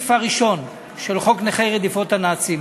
לסעיף הראשון של חוק נכי רדיפות הנאצים.